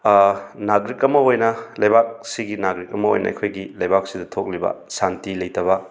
ꯅꯥꯒꯔꯤꯛ ꯑꯃ ꯑꯣꯏꯅ ꯂꯩꯕꯥꯛꯁꯤꯒꯤ ꯅꯥꯒꯔꯤꯛ ꯑꯃ ꯑꯣꯏꯅ ꯑꯩꯈꯣꯏꯒꯤ ꯂꯩꯕꯥꯛꯁꯤꯗ ꯊꯣꯛꯂꯤꯕ ꯁꯥꯟꯇꯤ ꯂꯩꯇꯕ